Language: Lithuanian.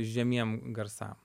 žemiem garsam